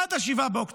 עד 7 באוקטובר,